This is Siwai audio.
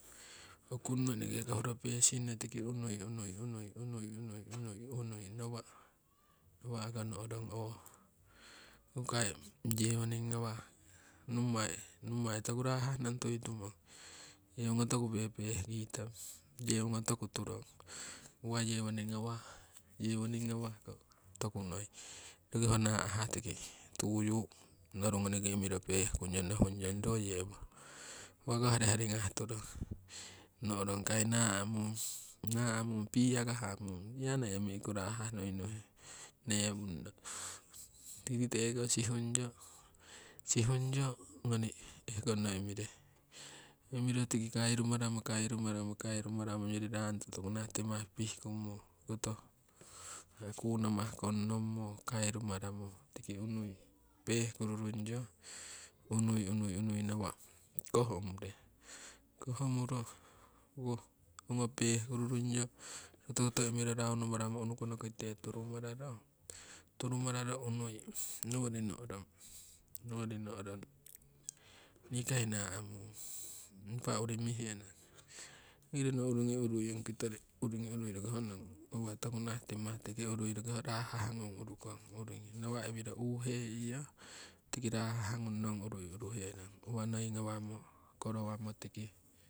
Okungno eneke ko huro pesingno tiki unui nawa' nawa'ko nohrong ong kai yewoning ngawah nommai. Nommai toku rahah nong tui tumong yewogo toku pehpeh kitong yewogo toku turong uwa yewoning ngawha, yewoning ngawahko toku noi roki ho nahah tuyu noru ngoniki imiro pehkung yong nohung yong ro yewo uwako hari harigah turong no'rong kai namung beer ko hamung beer noi omi'ku rahah nuinuhe newungno. Tiki teko sihungyo, sihungyo ngoni ehkongno imire imiro tiki kairu mararmo kairu maramo kairu maramo ongyori rato toku nah timah pihkung koto haku namah kongnommo kairu maramo tiki unui pehkuru rungyo unui. Unui nawa' koh umure koh umuro ongo pehkuru rungyo rotokoto imiro raunu maramo unukono kite turumaramo, turumararo unui nowori no'rong nikai namung impa uri mihenong tiki rono urigi urui ong kitori urigi urui roki honong uwa tokunah timah tiki urui rokiho rahah ngung urukong urigi. Nawa' iwiro huheiyo tiki rahah ngung nong urui uruhe rong uwa noi ngawamo korowamo tiki.